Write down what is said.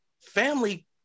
family